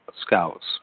scouts